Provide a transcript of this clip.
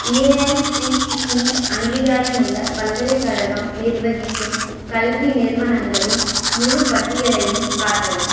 AICTE அங்கீகாரமுள்ள பல்கலைக்கழகம் நிர்வகிக்கும் கல்வி நிறுவனங்களின் முழு பட்டியலையும் காட்டவும்